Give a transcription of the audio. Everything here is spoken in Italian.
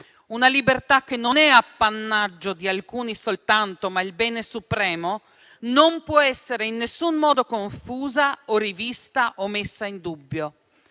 una libertà che non è appannaggio di alcuni soltanto, ma il bene supremo, non può essere in alcun modo confusa, rivista o messa in dubbio,